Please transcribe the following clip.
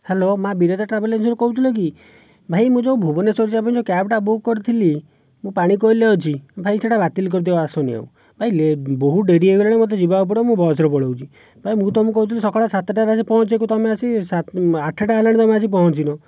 hello ମା' Biraja travel ଏଜେନ୍ସିରୁ କହୁଥିଲ କି ଭାଇ ମୁଁ ଯେଉଁ ଭୁବନେଶ୍ଵର ଯିବା ପାଇଁ ଯେଉଁ କ୍ୟାବ୍ଟା ବୁକ୍ କରିଥିଲି ମୁଁ ପାଣିକୋଇଲିରେ ଅଛି ଭାଇ ସେଇଟା ବାତିଲ୍ କରିଦିଅ ଆସନାହିଁ ଆଉ ଭାଇ ବହୁତ ଡେରି ହୋଇଗଲାଣି ମୋତେ ଯିବାକୁ ପଡ଼ିବ ମୁଁ ବସ୍ରେ ପଳାଉଛି ଭାଇ ମୁଁ ତୁମକୁ କହୁଥିଲି ସକାଳ ସାତଟାରେ ଆସିକି ପହଞ୍ଚିବାକୁ ତୁମେ ଆସିକି ସାତ ଆଠଟା ହେଲାଣି ତୁମେ ଆସିକି ପହଞ୍ଚିନାହଁ